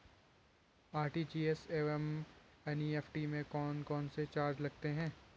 RTGS एवं NEFT में कौन कौनसे चार्ज लगते हैं?